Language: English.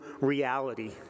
reality